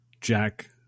Jack